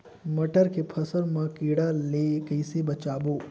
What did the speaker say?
मटर के फसल मा कीड़ा ले कइसे बचाबो?